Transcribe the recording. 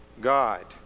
God